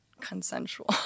consensual